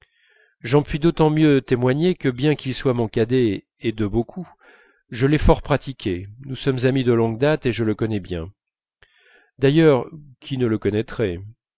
j'en puis d'autant mieux témoigner que bien qu'il soit mon cadet et de beaucoup je l'ai fort pratiqué nous sommes amis de longue date et je le connais bien d'ailleurs qui ne le connaîtrait